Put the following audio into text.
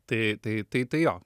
tai tai tai tai jo